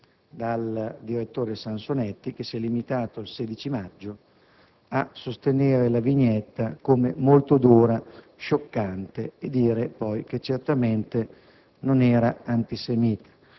dal direttore Sansonetti, che si è limitato, il 16 maggio, a sostenere che la vignetta era molto dura e scioccante, ma certamente non era antisemita.